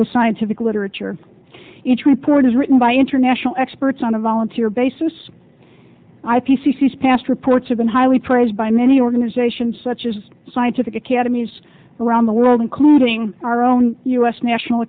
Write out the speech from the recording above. the scientific literature each report is written by international experts on a volunteer basis i p c c is past reports of been highly praised by many organizations such as scientific academies around the world including our own u s national